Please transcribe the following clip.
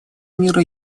мира